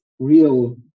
Real